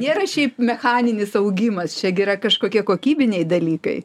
nėra šiaip mechaninis augimas čia gi yra kažkokie kokybiniai dalykai